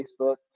Facebook